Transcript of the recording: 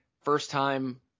first-time